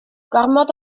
gormod